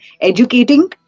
educating